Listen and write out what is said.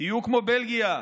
תהיו כמו בלגיה,